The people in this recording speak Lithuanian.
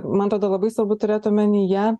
man atrodo labai svarbu turėt omenyje